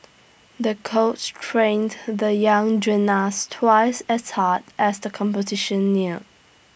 the coach trained the young gymnast twice as hard as the competition near